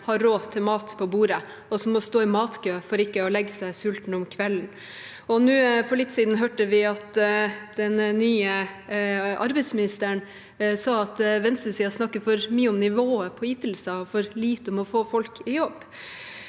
har råd til mat på bordet, og som må stå i matkø for ikke å legge seg sultne om kvelden. For litt siden hørte vi den nye arbeidsministeren si at venstresiden snakker for mye om nivået på ytelsene og for lite om å få folk i jobb.